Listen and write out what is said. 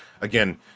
again